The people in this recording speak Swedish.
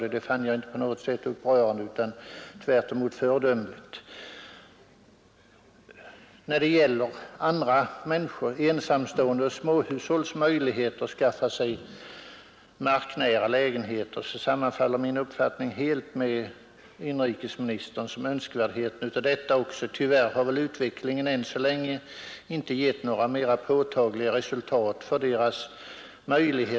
Detta finner jag inte vara på något sätt upprörande utan tvärtom föredömligt. Beträffande ensamstående människors och småhushålls möjligheter att skaffa marknära lägenheter sammanfaller min uppfattning helt med inrikesministerns. Tyvärr har utvecklingen ännu så länge inte varit sådan att dessa människors möjligheter att skaffa sig marknära bostad har förbättrats mera påtagligt.